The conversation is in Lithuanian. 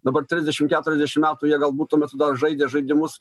dabar trisdešim keturiasdešim metų jie galbūt tuo metu dar žaidė žaidimus